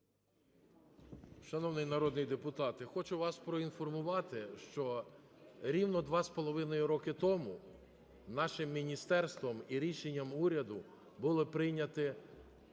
Шановний народний депутате, хочу вас проінформувати, що рівно 2,5 роки тому нашим міністерством і рішенням уряду була прийнята